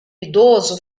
idoso